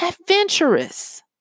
adventurous